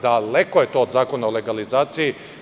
Daleko je to od Zakona o legalizaciji.